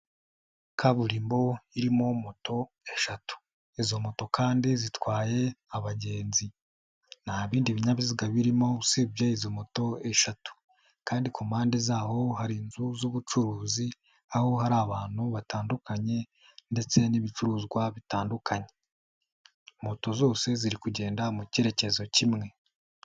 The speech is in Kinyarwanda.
Kaburimbo irimo moto eshatu izo moto kandi zitwaye abagenzi, nta bindi binyabiziga birimo usibye izo moto eshatu kandi ku mpande zaho hari inzu z'ubucuruzi, aho hari abantu batandukanye ndetse n'ibicuruzwa bitandukanye. Moto zose ziri kugenda mu kerekezo kimwe.